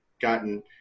gotten